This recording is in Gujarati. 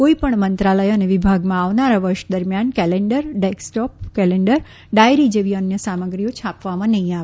કોઇપણ મંત્રાલય અને વિભાગમાં આવનારા વર્ષ દરમ્યાન કેનેન્ડર ડેસ્કટોપ કેલેન્ડર ડાયરી જેવી અન્ય સામગ્રી છાપવામાં નહિં આવે